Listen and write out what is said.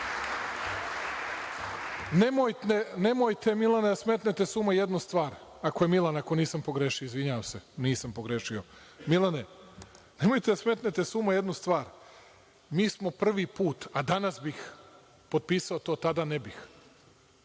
Nemojte da smetnete s uma jednu stvar, ako je Milan, ako nisam pogrešio, izvinjavam se, nisam pogrešio, Milane, nemojte da smetnete s uma jednu stvar, mi smo prvi put, a danas bih potpisao to, tada ne bih,